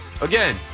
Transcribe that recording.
Again